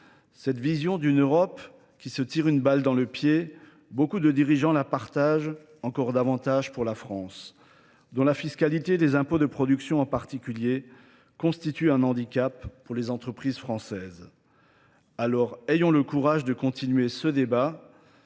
Cette vision d'une Europe qui se tire une balle dans le pied, beaucoup de dirigeants la partagent encore davantage pour la France, dont la fiscalité et les impôts de production en particulier constituent un handicap pour les entreprises françaises. Alors, ayons le courage de continuer ce débat,